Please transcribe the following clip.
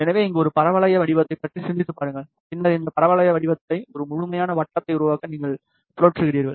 எனவே இங்கே ஒரு பரவளைய வடிவத்தைப் பற்றி சிந்தித்துப் பாருங்கள் பின்னர் இந்த பரவளைய வடிவத்தை ஒரு முழுமையான வட்டத்தை உருவாக்க நீங்கள் சுழற்றுகிறீர்கள்